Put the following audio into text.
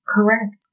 Correct